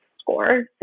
score